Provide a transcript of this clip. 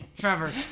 trevor